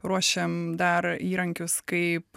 ruošiam dar įrankius kaip